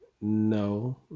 no